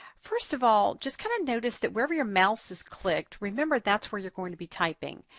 first of all just kind of notice that wherever your mouse is clicked remember that's where you're going to be typing.